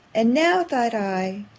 and now, thought i,